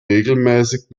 regelmässig